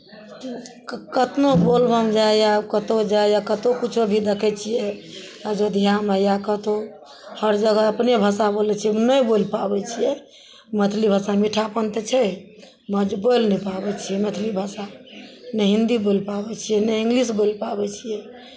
कतनो बोलबम जाय या कतहु जाय या कतहु किछो भी देखै छियै अयोध्यामे या कतहु हर जगह अपने भाषा बोलै छियै नहि बोलि पाबै छियै मैथिली भाषा मीठापन तऽ छै बाँकी बोलि नहि पाबै छियै मैथिली भाषा नहि हिन्दी बोलि पाबै छियै नहि इंग्लिश बोलि पाबै छियै